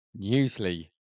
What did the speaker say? Newsly